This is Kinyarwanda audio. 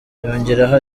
yongeraho